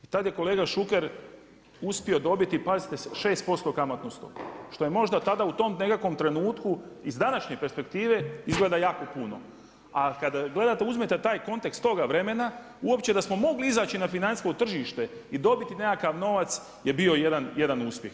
I tada je kolega Šuker uspio dobiti, pazite 6% kamatnu stopu što je možda tada u tom nekakvom trenutku iz današnje perspektive izgleda jako puno a kada gledate, uzmete taj kontekst toga vremena uopće da smo mogli izaći na financijsko tržište i dobiti nekakav novac je bio jedan uspjeh.